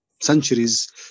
centuries